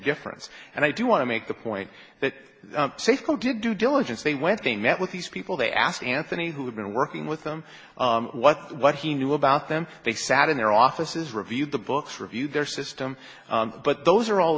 difference and i do want to make the point that they feel good due diligence they went they met with these people they asked anthony who had been working with them what what he knew about them they sat in their offices reviewed the books reviewed their system but those are all